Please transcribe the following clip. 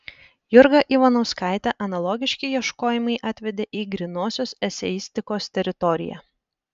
jurgą ivanauskaitę analogiški ieškojimai atvedė į grynosios eseistikos teritoriją